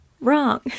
Wrong